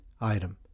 item